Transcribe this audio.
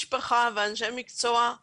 נפש מגיעים לעבוד במקום מבלי שהם עוברים אבחון,